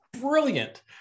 brilliant